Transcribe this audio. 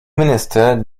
minister